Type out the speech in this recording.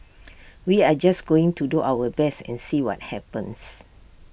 we are just going to do our best and see what happens